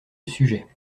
sujet